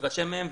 להתרשם מהם,